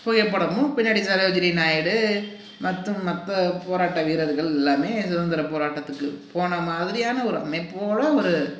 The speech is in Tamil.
புகைப்படமும் பின்னாடி சரோஜினி நாயுடு மற்றும் மற்ற போராட்ட வீரர்கள் எல்லாமே சுதந்திர போராட்டத்துக்கு போன மாதிரியான ஒரு அமைப்போட ஒரு